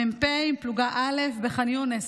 המ"פ מפלוגה א' בח'אן יונס.